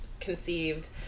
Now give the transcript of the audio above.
conceived